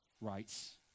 rights